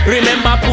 Remember